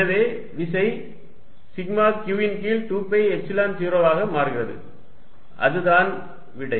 எனவே விசை sigma q ன் கீழ் 2 பை எப்சிலன் 0 ஆக மாறுகிறது அதுதான் விடை